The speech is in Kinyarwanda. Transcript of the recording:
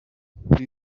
imbere